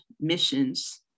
missions